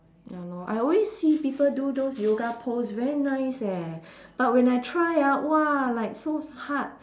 ya lor I always see people do those yoga pose very nice eh but when I try ah !wah! like so hard